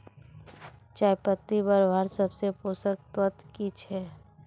चयपत्ति बढ़वार सबसे पोषक तत्व की छे?